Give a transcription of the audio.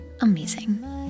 amazing